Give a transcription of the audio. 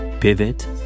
Pivot